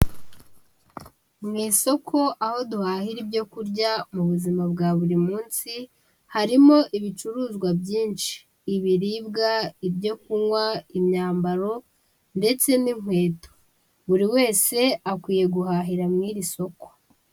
Mu isoko aho duhahira ibyo kurya mu buzima bwa buri munsi, harimo ibicuruzwa byinshi, ibiribwa, ibyo kunywa, imyambaro ndetse n'inkweto, buri wese akwiye guhahira mu iri soko.